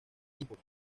hijos